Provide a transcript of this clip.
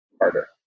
harder